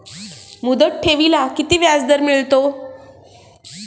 मुदत ठेवीला किती व्याजदर मिळतो?